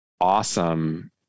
awesome